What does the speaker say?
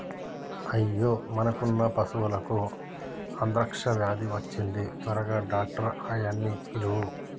అయ్యో మనకున్న పశువులకు అంత్రాక్ష వ్యాధి వచ్చింది త్వరగా డాక్టర్ ఆయ్యన్నీ పిలువు